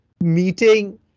meeting